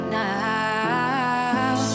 now